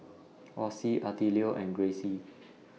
Ossie Attilio and Grayce